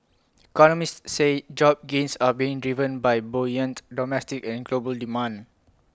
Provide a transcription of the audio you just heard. economists say job gains are being given by buoyant domestic and global demand